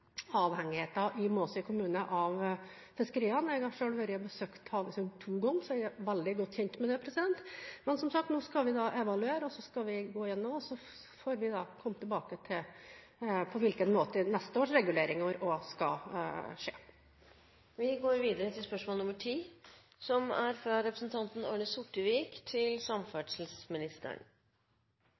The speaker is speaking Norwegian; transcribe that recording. i Måsøy kommune av fiskeriene. Jeg har selv besøkt Havøysund to ganger, så jeg er veldig godt kjent med det. Men som sagt: Nå skal vi evaluere, og så skal vi gå igjennom, og så får vi komme tilbake til på hvilken måte neste års reguleringer skal skje. Spørsmålet lyder: «Ekspressbusser er en viktig del av transporttilbudet mellom landsdeler og regioner. Ekspressbussene er